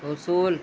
اصول